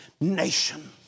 nation